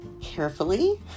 carefully